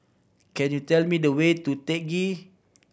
can you tell me the way to Teck Ghee